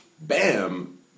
bam